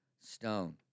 stone